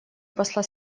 посла